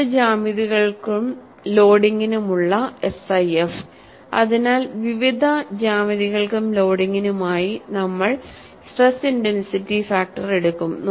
വിവിധ ജ്യാമിതികൾക്കും ലോഡിംഗിനുമുള്ള SIF അതിനാൽ വിവിധ ജ്യാമിതികൾക്കും ലോഡിംഗിനുമായി നമ്മൾ സ്ട്രെസ് ഇന്റെൻസിറ്റി ഫാക്ടർ എടുക്കും